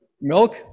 milk